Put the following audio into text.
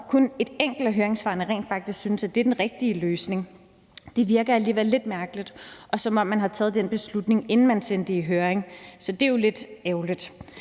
kun et enkelt af høringssvarene rent faktisk synes, at det er den rigtige løsning, virker alligevel lidt mærkeligt – som om man har taget den beslutning, inden man sendte det i høring. Så det er jo lidt ærgerligt.